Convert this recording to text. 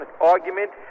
argument